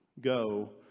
Go